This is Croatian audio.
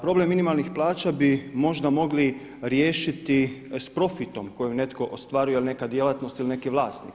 Problem minimalnih plaća bi možda mogli riješiti s profitom koju netko ostvaruje ili neka djelatnost ili neki vlasnik.